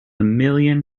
million